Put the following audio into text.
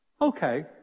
Okay